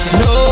no